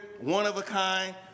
one-of-a-kind